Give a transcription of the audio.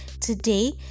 today